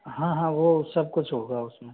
हाँ हाँ वो सब कुछ होगा उसमें